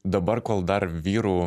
dabar kol dar vyrų